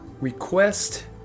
request